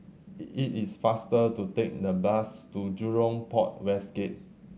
it is faster to take the bus to Jurong Port West Gate